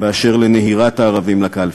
באשר לנהירת הערבים לקלפי.